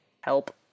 help